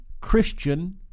Christian